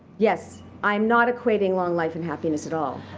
yes. i'm not equating long life and happiness at all.